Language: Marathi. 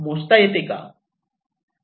मोजता येते का